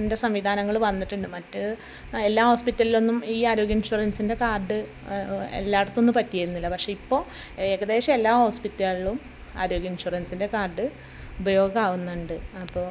ൻ്റെ സംവിധാനങ്ങൾ വന്നിട്ടുണ്ട് മറ്റ് എല്ലാ ഹോസ്പിറ്റൽലൊന്നും ഈ ആരോഗ്യ ഇൻഷുറൻസിൻ്റെ കാർഡ് എല്ലാട്ത്തൊന്നും പറ്റിയിരുന്നില്ല പക്ഷേ ഇപ്പോൾ ഏകദേശം എല്ലാ ഹോസ്പിറ്റല്കളിലും ആരോഗ്യ ഇൻഷുറൻസിൻ്റെ കാർഡ് ഉപയോഗമാവുന്നുണ്ട് അപ്പോൾ